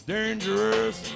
Dangerous